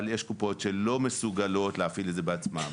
יש קופות שלא מסוגלות להפעיל את זה בעצמן,